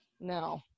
no